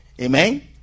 Amen